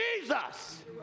Jesus